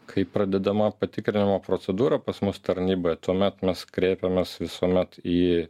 kai pradedama patikrinimo procedūra pas mus tarnyboj tuomet mes kreipiamės visuomet į